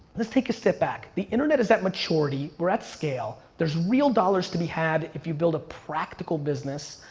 let's take a step back. the internet is at maturity, we're at scale. there's real dollars to be had if you build a practical business.